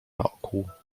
naokół